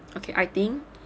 okay I think